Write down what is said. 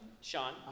Sean